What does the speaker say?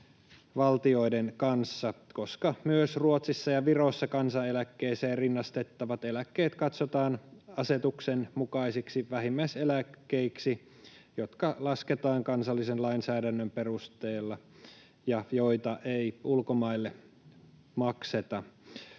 EU-naapurivaltioiden kanssa, koska myös Ruotsissa ja Virossa kansaneläkkeeseen rinnastettavat eläkkeet katsotaan asetuksen mukaisiksi vähimmäiseläkkeiksi, jotka lasketaan kansallisen lainsäädännön perusteella ja joita ei ulkomaille makseta.